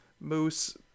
moose